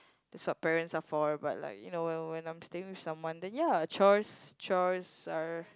that's what parents are for but like you know when when I'm staying with someone then ya chores chores are